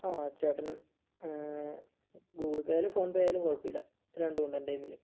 ആ ചേട്ടൻ Google pay ആയാലും ഫോൺ പേ ആയാലും കുഴപ്പമില്ല രണ്ടും ഉണ്ട് എൻ്റെ കയ്യുമ്മൽ